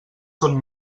són